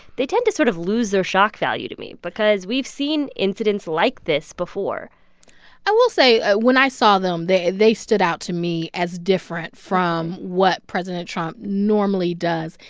they tend to sort of lose their shock value to me because we've seen incidents like this before i will say when i saw them, they they stood out to me as different from what president trump normally does.